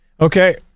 okay